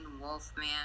Wolfman